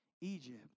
Egypt